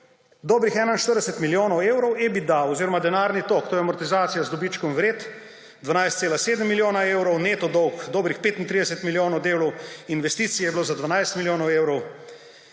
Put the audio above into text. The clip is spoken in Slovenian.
dobrih 41 milijonov evrov, EBITDA oziroma denarni tok, to je amortizacija z dobičkom vred, 12,7 milijona evrov, neto dolg dobrih 35 milijonov evrov, investicij je bilo za 12 milijonov evrov,